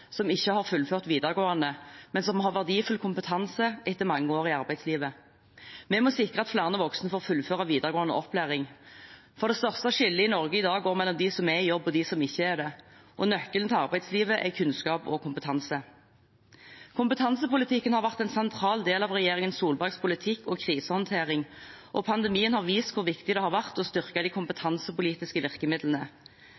som ikke har fullført videregående, men som har verdifull kompetanse etter mange år i arbeidslivet. Vi må sikre at flere voksne får fullføre videregående opplæring. For det største skillet i Norge i dag går mellom de som er i jobb, og de som ikke er det, og nøkkelen til arbeidslivet er kunnskap og kompetanse. Kompetansepolitikken har vært en sentral del av regjeringen Solbergs politikk og krisehåndtering, og pandemien har vist hvor viktig det har vært å styrke de